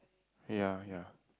ya ya